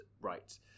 right